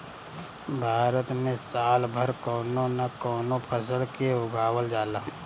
भारत में साल भर कवनो न कवनो फसल के उगावल जाला